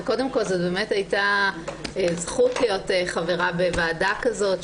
הייתה לי זכות להיות חברה בוועדה כזאת,